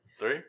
three